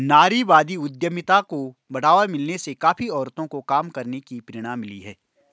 नारीवादी उद्यमिता को बढ़ावा मिलने से काफी औरतों को काम करने की प्रेरणा मिली है